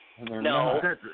No